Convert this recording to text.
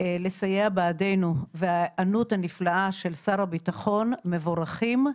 לסייע בעדנו וההיענות הנפלאה של שר הביטחון מבורכים.